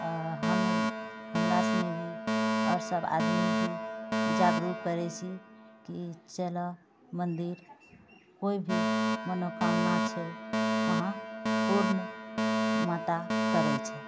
हम हमरासनी भी आओर सबआदमी भी जागरूक करै छी कि चलै मन्दिर कोइभी मनोकामना छै वहाँ पूर्ण माता करै छै